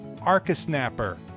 ArcaSnapper